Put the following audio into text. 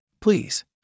please